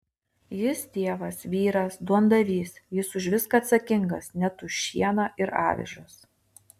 jis tėvas vyras duondavys jis už viską atsakingas net už šieną ir avižas